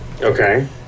Okay